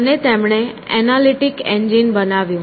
અને તેમણે analytic engine બનાવ્યું